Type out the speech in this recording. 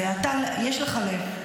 יש לך לב.